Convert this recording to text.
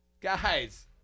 Guys